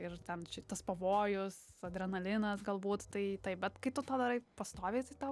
ir ten čia tas pavojus adrenalinas galbūt tai taip bet kai tu tą darai pastoviai tai tau